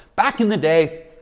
back in the day.